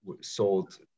sold